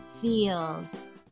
feels